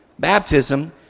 baptism